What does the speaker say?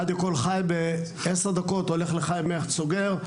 רדיו קול חי בעשר דקות הולך לחיים הכט, סוגר.